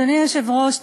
אדוני היושב-ראש,